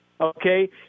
Okay